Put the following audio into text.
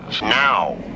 now